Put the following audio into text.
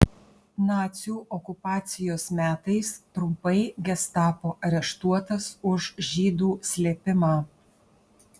nacių okupacijos metais trumpai gestapo areštuotas už žydų slėpimą